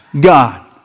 God